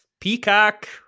Peacock